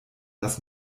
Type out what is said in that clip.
dass